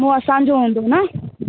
उहो असांजो हूंदो न